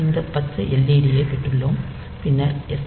இந்த பச்சை led ஐப் பெற்றுள்ளோம் பின்னர் sjmp